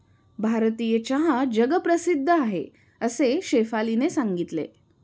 भारतीय चहा जगप्रसिद्ध आहे असे शेफालीने सांगितले